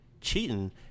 Cheating